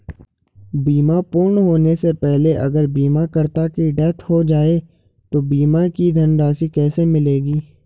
बीमा पूर्ण होने से पहले अगर बीमा करता की डेथ हो जाए तो बीमा की धनराशि किसे मिलेगी?